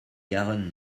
jahren